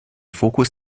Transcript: fokus